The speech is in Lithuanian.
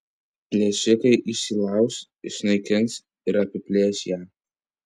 plėšikai įsilauš išnaikins ir apiplėš ją